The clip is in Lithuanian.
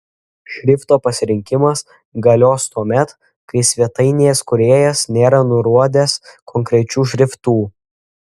šrifto pasirinkimas galios tuomet kai svetainės kūrėjas nėra nurodęs konkrečių šriftų